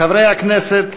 חברי הכנסת,